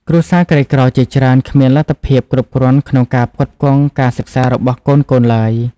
គ្រួសារក្រីក្រជាច្រើនគ្មានលទ្ធភាពគ្រប់គ្រាន់ក្នុងការផ្គត់ផ្គង់ការសិក្សារបស់កូនៗឡើយ។